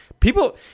People